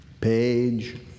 page